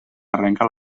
arrenca